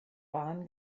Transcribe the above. bahn